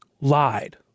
lied